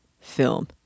film